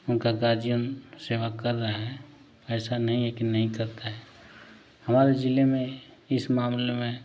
उनका गार्जियन सेवा कर रहे हैं ऐसा नहीं है कि नहीं करता है हमारे ज़िले में इस मामले में